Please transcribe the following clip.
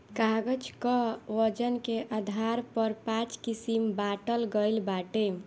कागज कअ वजन के आधार पर पाँच किसिम बांटल गइल बाटे